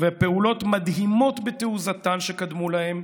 ופעולות מדהימות בתעוזתן שקדמו להם.